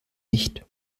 nicht